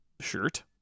shirt